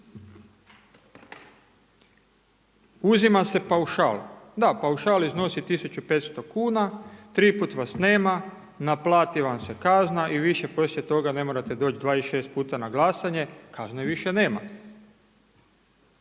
Uzima se paušal. Da paušal iznosi 1500 kuna, tri puta vas nema, naplati vam se kazna i više poslije toga ne morate doći 26 puta na glasanje, kazne više nema.